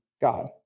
God